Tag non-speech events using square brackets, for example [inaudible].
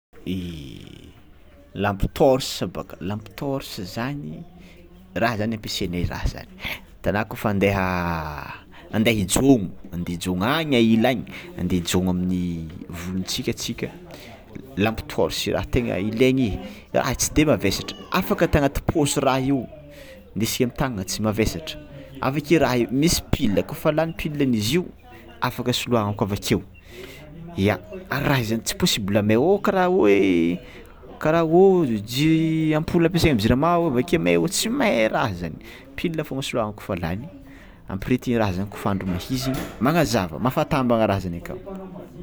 [hesitation] Lampy tôrse bôka lampy tôrse zany raha zany ampiasainay raha zany, anao kôfa andeha handeha hijogno ande hijogno any anila any handeha hijongo amin'ny volintsika tsika lampy tôrse raha tegna ilaigny raha tsy mazevatra afaka atao agnaty paosy raha io ndesiko amy tagnagna tsy mavesatra, avakeo raha io misy pile kôfa lany pile anizio afaka soloàna koa avakeo ia zany ary raha zany tsy possible may o karaha kara ô hoe ampoule ampiasay amy jirama ka o may tsy may raha zany pile fôgna soloàna kôfa lan,y ampiretina raha zany kôfa andro mahizigny magnazava mafatambana raha zany akao.